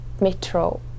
Metro